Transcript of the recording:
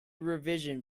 revision